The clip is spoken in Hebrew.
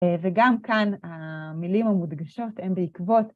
וגם כאן המילים המודגשות הן בעקבות...